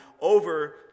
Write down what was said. over